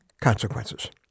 consequences